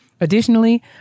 Additionally